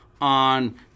on